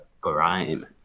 grime